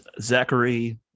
zachary